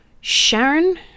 Sharon